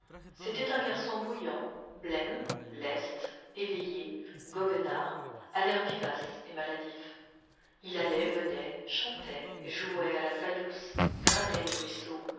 c'était un garçon bruyant blême leste éveillé goguenard à l'air vivace et maladif il allait venait chantait jouait à la fayousse grattait les ruisseaux